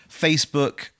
Facebook